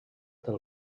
del